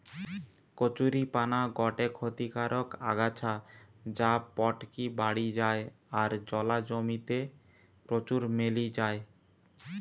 কচুরীপানা গটে ক্ষতিকারক আগাছা যা পটকি বাড়ি যায় আর জলা জমি তে প্রচুর মেলি যায়